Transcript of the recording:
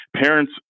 Parents